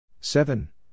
Seven